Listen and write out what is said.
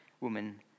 woman